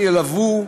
ילוו,